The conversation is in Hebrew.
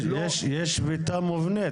יש שביתה מובנים,